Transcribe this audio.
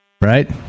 Right